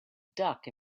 duck